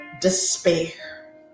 despair